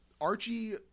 Archie